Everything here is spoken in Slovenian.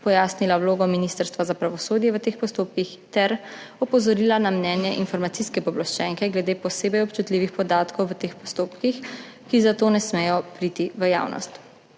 pojasnila vlogo Ministrstva za pravosodje v teh postopkih ter opozorila na mnenje informacijske pooblaščenke glede posebej občutljivih podatkov v teh postopkih, ki zato ne smejo priti v javnost.